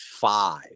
five